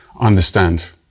understand